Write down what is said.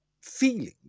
feeling